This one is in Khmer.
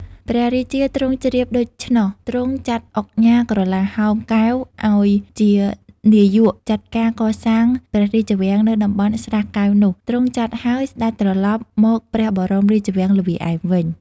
ព្រះរាជាទ្រង់ជ្រាបដូច្នោះ ទ្រង់ចាត់ឧកញ៉ាក្រឡាហោម កែវ ឲ្យជានាយកចាត់ការកសាងព្រះរាជវាំងនៅតំបន់ស្រះកែវនោះ ទ្រង់ចាត់ហើយ ស្ដេចត្រឡប់មកព្រះបរមរាជវាំងល្វាឯមវិញ ។